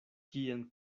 kien